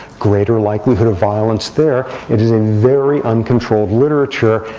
greater likelihood of violence there. it is a very uncontrolled literature.